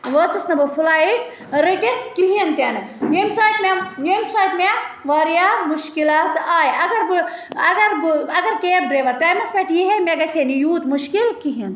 وٲژٕس نہٕ بہٕ فٕلایِٹ رٔٹِتھ کِہیٖنۍ تہِ نہٕ ییٚمہِ سۭتۍ مےٚ ییٚمہِ سۭتۍ مےٚ واریاہ مُشکِلات آے اَگَر بہٕ اَگَر بہٕ اَگَر کیب ڈرٛایوَر ٹایمَس پٮ۪ٹھ یی ہے مےٚ گَژھِ ہے نہٕ یوٗت مُشکِل کِہیٖنۍ